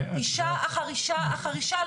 אישה אחר אישה אחר אישה.